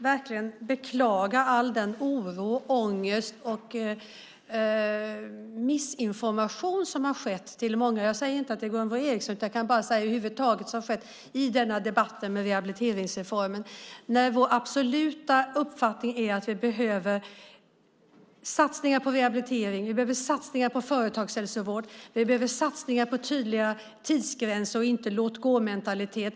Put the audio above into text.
Herr talman! Jag vill börja med att verkligen beklaga all den oro och ångest som skapats och den missinformation som har skett till många. Jag säger inte att det är Gunvor G Ericson som har medverkat till det, utan det gäller över huvud taget i debatten om rehabiliteringsreformen. Vår absoluta uppfattning är att vi behöver satsningar på rehabilitering, företagshälsovård och tydliga tidsgränser och inte låt-gå-mentalitet.